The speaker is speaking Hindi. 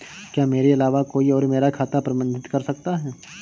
क्या मेरे अलावा कोई और मेरा खाता प्रबंधित कर सकता है?